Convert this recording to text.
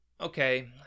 okay